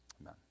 Amen